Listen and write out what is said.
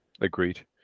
agreed